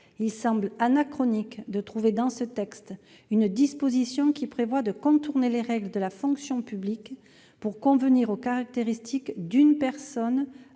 Il semble anachronique de trouver dans ce texte une disposition qui prévoit de contourner les règles de la fonction publique pour convenir aux caractéristiques d'une personne